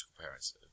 parents